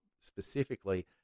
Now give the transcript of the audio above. specifically